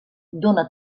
dóna